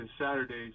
Saturdays